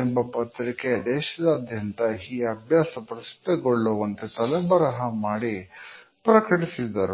ಎಂಬ ಪತ್ರಿಕೆ ದೇಶದಾದ್ಯಂತ ಈ ಅಭ್ಯಾಸ ಪ್ರಸಿದ್ಧ ಗೊಳ್ಳುವಂತೆ ತಲೆಬರಹ ಮಾಡಿ ಪ್ರಕಟಿಸಿದರು